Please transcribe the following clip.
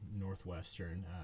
Northwestern